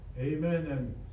Amen